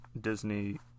Disney